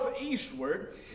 eastward